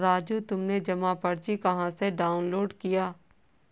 राजू तुमने जमा पर्ची कहां से डाउनलोड किया?